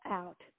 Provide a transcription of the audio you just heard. out